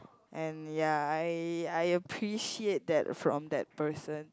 and ya I I appreciate that from that person